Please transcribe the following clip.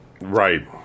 Right